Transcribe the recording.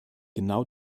genau